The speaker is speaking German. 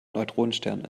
neutronenstern